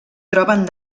troben